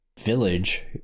village